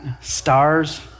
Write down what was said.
Stars